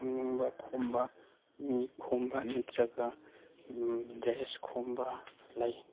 ꯈꯣꯝꯅꯤꯡꯕ ꯈꯣꯝꯕ ꯃꯤ ꯈꯣꯝꯕ ꯅꯠꯇ꯭ꯔꯒ ꯗ꯭ꯔꯦꯁ ꯈꯣꯝꯕ ꯂꯩ